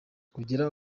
kugira